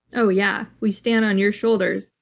oh yeah. we stand on your shoulders.